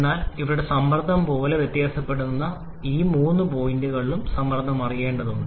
എന്നാൽ ഇവിടെ സമ്മർദ്ദം പോലെ വ്യത്യാസപ്പെടുന്നതിനാൽ ഈ മൂന്ന് പോയിന്റുകളിലുംസമ്മർദ്ദം അറിയേണ്ടതുണ്ട്